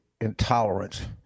intolerance